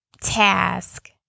task